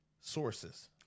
sources